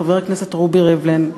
חבר הכנסת רובי ריבלין,